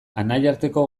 anaiarteko